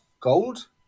gold